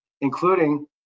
including